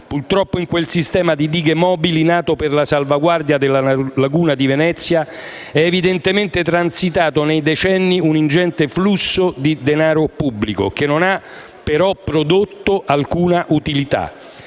Purtroppo, in quel sistema di dighe mobili, nato per la salvaguardia della laguna di Venezia, è evidentemente transitato nei decenni un ingente flusso di denaro pubblico, che non ha però prodotto alcuna utilità,